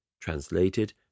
translated